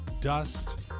dust